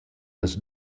las